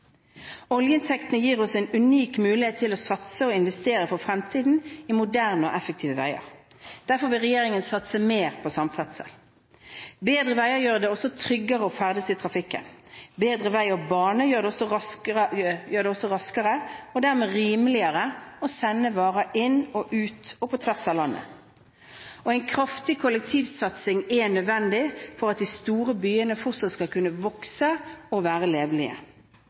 Oljeinntektene gir oss en unik mulighet til å satse og investere i moderne og effektive veier for fremtiden. Derfor vil regjeringen satse mer på samferdsel. Bedre veier gjør det også tryggere å ferdes i trafikken. Bedre vei og bane gjør det også raskere og dermed også rimeligere å sende varer inn i, ut av og på tvers av landet. En kraftig kollektivsatsing er nødvendig for at de store byene fortsatt skal kunne vokse og være